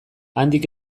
handik